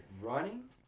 Running